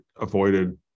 avoided